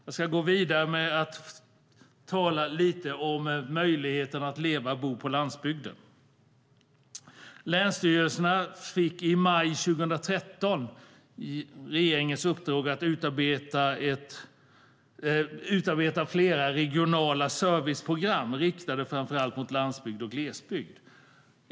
Jag ska gå vidare med att tala lite om möjligheterna att leva och bo på landsbygden. Länsstyrelserna fick i maj 2013 regeringens uppdrag att utarbeta flera regionala serviceprogram riktade framför allt till landsbygd och glesbygd.